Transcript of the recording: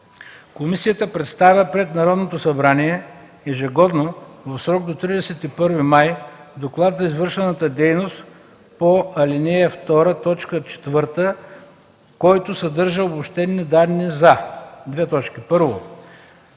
Комисията представя пред Народното събрание ежегодно в срок до 31 май доклад за извършената дейност по ал. 2, т. 4, който съдържа обобщени данни за: